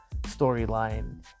storyline